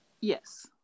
Yes